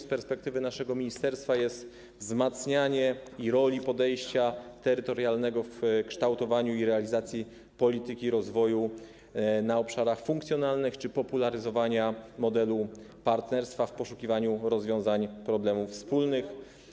Z perspektywy naszego ministerstwa istotne jest również wzmacnianie roli podejścia terytorialnego w kształtowaniu i realizacji polityki rozwoju na obszarach funkcjonalnych czy popularyzowanie modelu partnerstwa w poszukiwaniu rozwiązań problemów wspólnych.